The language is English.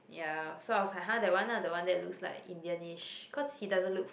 ya so I was like !huh! that one lah the one that looks like Indianish cause he doesn't look